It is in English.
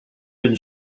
been